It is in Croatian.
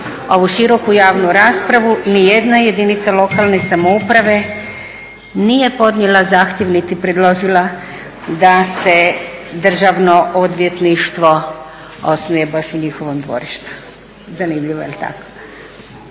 ovu široku javnu raspravu ni jedna lokalne samouprave nije podnijela zahtjev niti predložila da se državno odvjetništvo osnuje baš u njihovom dvorištu, zanimljivo jel tako?